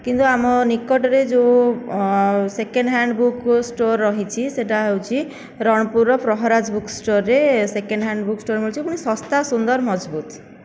କିନ୍ତୁ ଆମ ନିକଟରେ ଯେଉଁ ସେକେଣ୍ଡ ହ୍ୟାଣ୍ଡ ବୁକ୍ ଷ୍ଟୋର ରହିଛି ସେହିଟା ହେଉଛି ରଣପୁରର ପ୍ରହରାଜ ବୁକ୍ ଷ୍ଟୋରରେ ସେକେଣ୍ଡ ହ୍ୟାଣ୍ଡ ବୁକ୍ ଷ୍ଟୋର ମିଳୁଛି ପୁଣି ଶସ୍ତା ସୁନ୍ଦର ମଜବୁତ